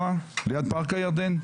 ליד פארק הירדן,